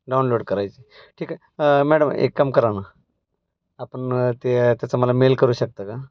download करायची ठीक आहे मॅडम एक काम करा ना आपण ते त्याचा मला मेल करू शकता का